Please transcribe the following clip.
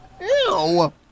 Ew